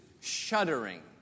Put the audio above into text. shuddering